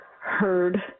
heard